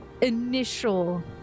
initial